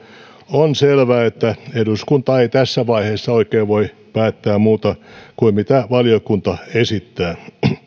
on selvää että eduskunta ei tässä vaiheessa oikein voi päättää muuta kuin mitä valiokunta esittää